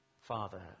Father